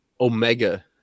omega